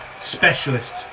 specialist